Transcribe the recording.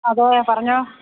അതേ പറഞ്ഞോ